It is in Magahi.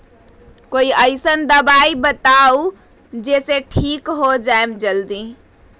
कोई अईसन दवाई बताई जे से ठीक हो जई जल्दी?